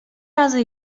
razy